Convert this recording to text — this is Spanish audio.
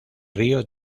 río